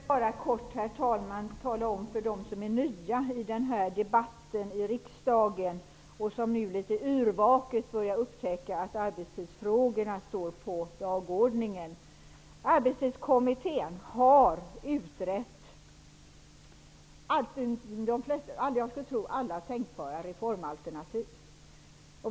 Herr talman! Låt mig bara kort få tala om följande för dem som är nya i denna debatt i riksdagen och som nu litet yrvaket börjar upptäcka att arbetstidsfrågorna finns med på dagordningen. Arbetstidskommittén har utrett alla tänkbara reformalternativ.